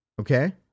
Okay